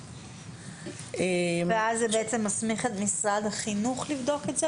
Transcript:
זה מסמיך את משרד החינוך לבדוק את זה,